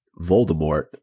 Voldemort